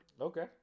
Okay